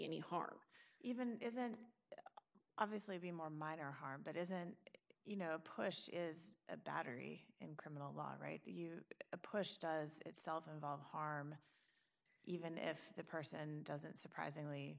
any harm even isn't obviously be more minor harm but isn't you know push is a battery and criminal law right you push does solve all harm even if the person and doesn't surprisingly